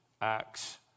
acts